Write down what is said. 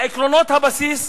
לעקרונות הבסיס,